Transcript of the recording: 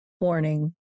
Warning